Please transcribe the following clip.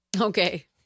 Okay